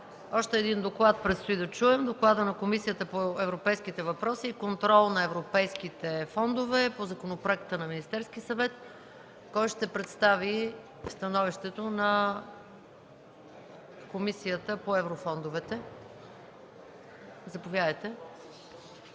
Още един доклад предстои да чуем – доклада на Комисията по европейските въпроси и контрол на европейските фондове по законопроекта на Министерския съвет. Кой ще представи становището на Комисията по еврофондовете? Заповядайте,